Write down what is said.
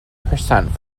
percent